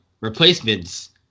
replacements